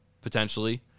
potentially